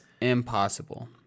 impossible